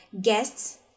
guests